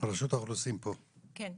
האוכלוסין פה,